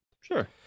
Sure